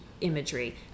imagery